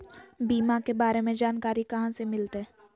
बीमा के बारे में जानकारी कहा से मिलते?